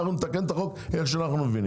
אנחנו נתקן את החוק איך שאנחנו מבינים.